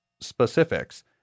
specifics